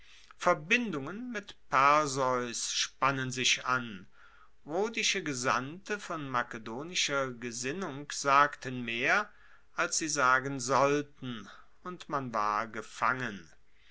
verbindungen mit perseus spannen sich an rhodische gesandte von makedonischer gesinnung sagten mehr als sie sagen sollten und man war gefangen